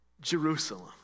Jerusalem